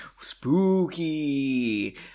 Spooky